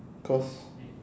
because